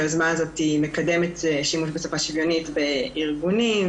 היוזמה הזאת מקדמת שימוש בשפה שוויונית בארגונים,